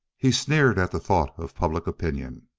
he sneered at the thought of public opinion.